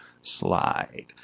slide